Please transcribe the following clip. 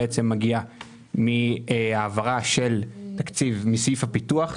מגיעה מהעברת תקציב מסעיף הפיתוח,